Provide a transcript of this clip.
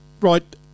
right